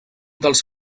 dels